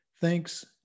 Thanks